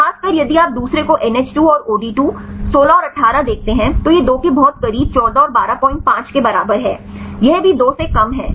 खासकर यदि आप दूसरे को NH2 और OD2 16 और 18 देखते हैं तो यह 2 के बहुत करीब 14 और 125 के बराबर है यह भी 2 से कम है 4 21 21 है